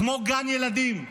כמו גן ילדים.